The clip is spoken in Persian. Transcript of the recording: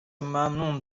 ممنون